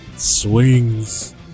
swings